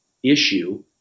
issue